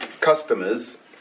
customers